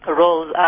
roles